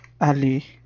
Ali